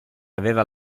aveva